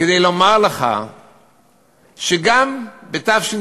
כדי לומר לך שגם בתשי"ז,